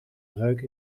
breuk